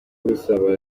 gusambana